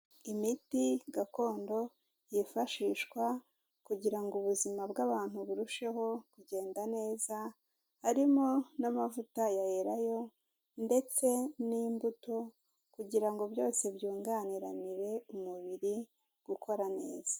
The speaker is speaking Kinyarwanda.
Imiti gakondo yifashishwa kugira ngo ubuzima bw'abantu burusheho kugenda neza, harimo n'amavuta ya elayo ndetse n'imbuto kugira ngo byose byunganiranire umubiri gukora neza.